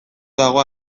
dago